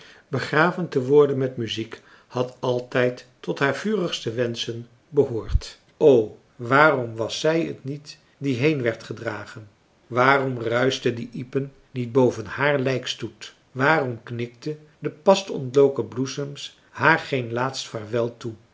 begraven te worden met muziek had altijd tot haar vurigste wenschen behoord o waarom was zij t niet die heen werd gedragen waarom ruischten die ypen niet boven haar lijkstoet waarom knikten de pas ontloken bloesems haar geen laatst vaarwel toe